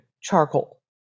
charcoal